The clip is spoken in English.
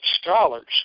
scholars